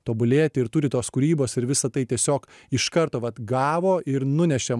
tobulėti ir turi tos kūrybos ir visa tai tiesiog iš karto vat gavo ir nunešė